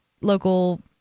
local